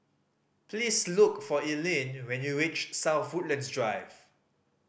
please look for Ellyn when you reach South Woodlands Drive